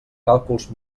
càlculs